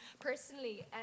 personally